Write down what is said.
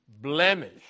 blemish